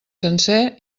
sencer